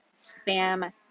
spam